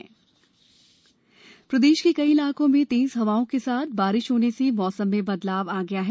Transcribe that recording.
मौसम प्रदेश के कई इलाकों में तेज हवाओं के साथ बारिश होने से मौसम में बदलाव आ गया है